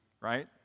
right